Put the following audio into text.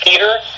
Peter